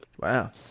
Wow